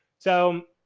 so,